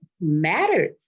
mattered